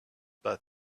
but